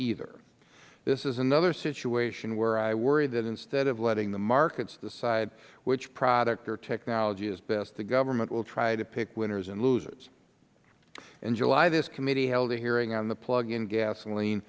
either this is another situation where i worry that instead of letting the markets decide which product or technology is best the government will try to pick winners and losers in july this committee held a hearing on the plug in gasoline